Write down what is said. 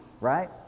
right